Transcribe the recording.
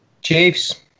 Chiefs